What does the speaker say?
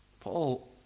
Paul